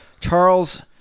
Charles